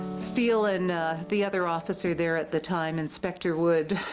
steele and the other officer there at the time, inspector wood,